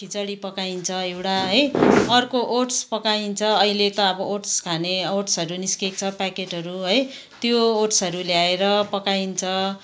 खिचडी पकाइन्छ एउटा है अर्को ओट्स पकाइन्छ अहिले त अब ओट्स खाने ओट्सहरू निस्किएको छ प्याकेटहरू है त्यो ओट्सहरू ल्याएर पकाइन्छ